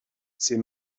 ces